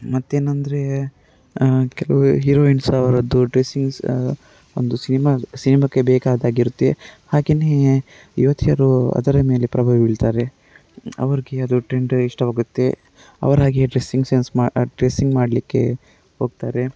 ಮತ್ತೇನಂದರೆ ಕೆಲವು ಹೀರೋಯಿನ್ಸ್ ಅವರದ್ದು ಡ್ರೆಸ್ಸಿಂಗ್ಸಾ ಒಂದು ಸಿನಿಮಾ ಸಿನಿಮಾಕ್ಕೆ ಬೇಕಾದಾಗೆ ಇರುತ್ತೆ ಹಾಗೆಯೇ ಯುವತಿಯರು ಅದರ ಮೇಲೆ ಪ್ರಭಾವ ಬೀಳ್ತಾರೆ ಅವರಿಗೆ ಅದು ಟ್ರೆಂಡ್ ಇಷ್ಟವಾಗುತ್ತೆ ಅವರಾಗೆಯೇ ಡ್ರೆಸ್ಸಿಂಗ್ ಸೆನ್ಸ್ ಮಾ ಡ್ರೆಸ್ಸಿಂಗ್ ಮಾಡಲಿಕ್ಕೆ ಹೋಗ್ತಾರೆ